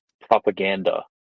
propaganda